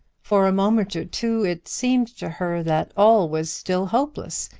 for a moment or two it seemed to her that all was still hopeless.